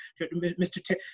Mr